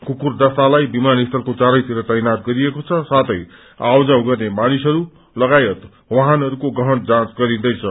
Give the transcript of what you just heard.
कुकुर अस्तालाई विमानस्थलको चारैतिर तैनात गरिएको छ साथै आउ जाड गर्ने मानिसहरू लगायत वाहनहरूको गहन जाँच गरिँदैछ